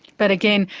but again,